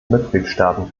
mitgliedstaaten